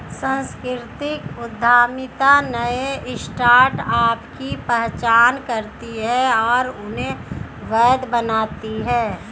सांस्कृतिक उद्यमिता नए स्टार्टअप की पहचान करती है और उन्हें वैध बनाती है